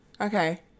Okay